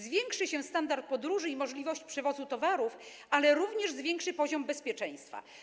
Zwiększy się standard podróży i możliwość przewozu towarów, ale również zwiększy się poziom bezpieczeństwa.